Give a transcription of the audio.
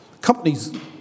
Companies